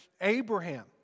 Abraham